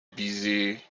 busy